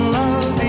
love